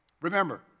Remember